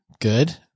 Good